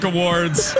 Awards